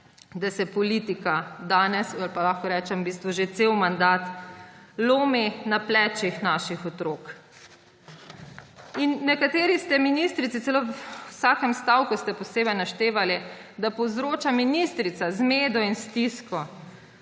da se politika danes ali pa v bistvu že cel mandat lomi na plečih naših otrok. Nekateri ste celo v vsakem stavku posebej naštevali, da povzroča ministrica zmedo in stisko.